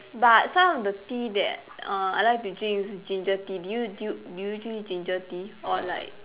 but some of the tea that err I like to drink is ginger tea do you do you do you drink ginger tea or like